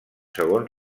segons